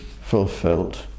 fulfilled